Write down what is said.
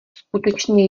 skutečně